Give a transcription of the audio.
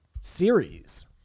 series